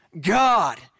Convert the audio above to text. God